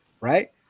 right